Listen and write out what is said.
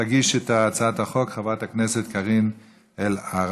תציג את הצעת החוק חברת הכנסת קארין אלהרר.